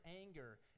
anger